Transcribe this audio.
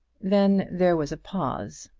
then there was a pause.